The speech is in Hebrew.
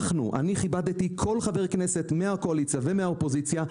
אני כיבדתי כל חבר כנסת מהאופוזיציה ומהקואליציה.